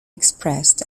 expressed